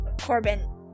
corbin